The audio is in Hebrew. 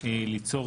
ליצור